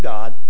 God